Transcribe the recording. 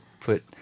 put